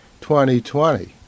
2020